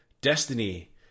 Destiny